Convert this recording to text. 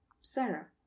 Sarah